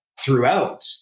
throughout